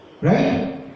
Right